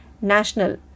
National